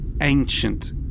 ancient